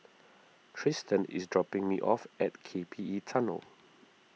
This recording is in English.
Tristen is dropping me off at K P E Tunnel